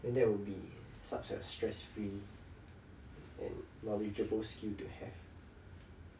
then that will be such a stress free um knowledgeable skill to have